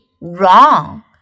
wrong